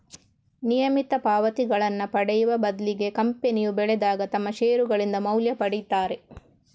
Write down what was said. ನಿಯಮಿತ ಪಾವತಿಗಳನ್ನ ಪಡೆಯುವ ಬದ್ಲಿಗೆ ಕಂಪನಿಯು ಬೆಳೆದಾಗ ತಮ್ಮ ಷೇರುಗಳಿಂದ ಮೌಲ್ಯ ಪಡೀತಾರೆ